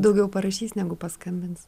daugiau parašys negu paskambins